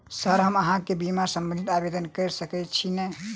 Sir हम अहाँ केँ बीमा संबधी आवेदन कैर सकै छी नै?